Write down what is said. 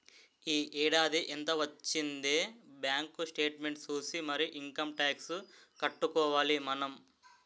ఈ ఏడాది ఎంత వొచ్చిందే బాంకు సేట్మెంట్ సూసి మరీ ఇంకమ్ టాక్సు కట్టుకోవాలి మనం